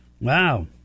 Wow